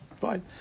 Fine